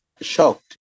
shocked